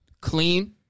clean